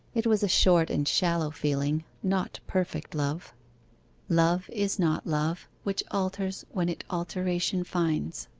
it was a short and shallow feeling not perfect love love is not love which alters when it alteration finds